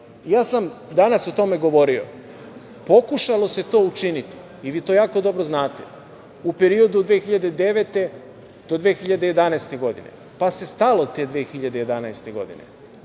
sam o tome govorio, pokušalo se to učiniti, i vi to jako dobro znate, u period od 2009. do 2011. godine, pa se stalo te 2011. godine.